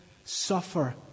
suffer